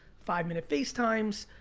five minute facetimes,